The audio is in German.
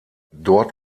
dort